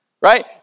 Right